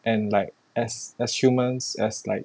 and like as as humans as like